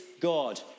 God